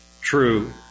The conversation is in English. true